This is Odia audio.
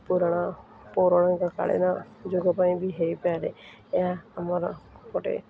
ପୁରଣ ପୌରାଣିକକାଳୀନ ଯୋଗ ପାଇଁ ବି ହେଇପାରେ ଏହା ଆମର ଗୋଟେ